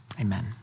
Amen